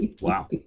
Wow